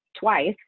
twice